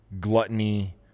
gluttony